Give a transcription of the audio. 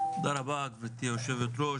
תודה רבה, גברתי היושבת ראש.